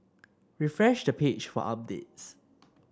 refresh the page for updates